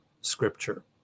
scripture